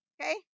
Okay